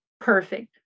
perfect